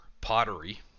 pottery